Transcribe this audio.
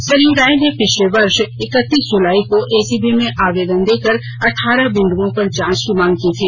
सरयू राय ने पिछले वर्ष इकर्तीस जुलाई को एसीबी में आवेदन देकर अठारह बिन्दुओं पर जाँच की मांग की थी